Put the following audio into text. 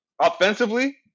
offensively